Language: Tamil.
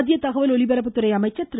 மத்திய தகவல் ஒலிபரப்புத்துறை அமைச்சர் திரு